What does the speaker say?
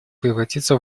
превратиться